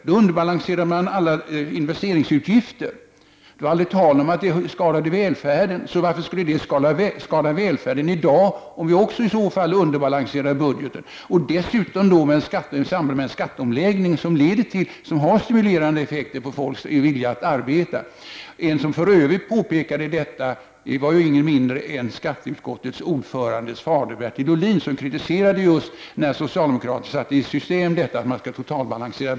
Då underbalanserade socialdemokraterna alla investeringsutgifter. Det var aldrig tal om att det skadade välfärden, så varför skulle det skada välfärden i dag om budgeten underbalanserades, i dag när det dessutom skulle ske i samband med en skatteomläggning som har stimulerande effekter på folks vilja att arbeta. En som för övrigt påpekade detta var ingen mindre än skatteutskottets ordförandes fader Bertil Ohlin, som kritiserade socialdemokraterna när de satte i system att budgeten skulle totalfinansieras.